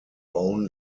own